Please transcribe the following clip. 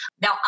Now